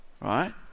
Right